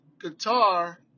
guitar